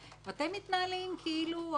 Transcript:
ואתם מתנהלים כאילו הכול כשורה.